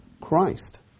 Christ